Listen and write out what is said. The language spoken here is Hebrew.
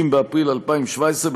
30 באפריל 2017,